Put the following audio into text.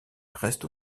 reste